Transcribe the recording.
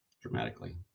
dramatically